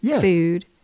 food